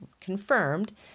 confirmed